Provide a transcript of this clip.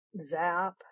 Zap